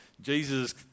Jesus